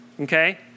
Okay